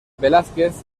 velázquez